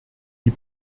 die